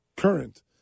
current